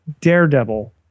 Daredevil